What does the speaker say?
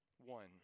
One